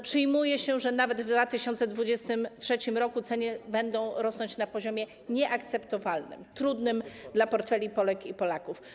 Przyjmuje się, że nawet w 2023 r. ceny będą rosnąć na poziomie nieakceptowalnym, trudnym dla portfeli Polek i Polaków.